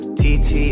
tt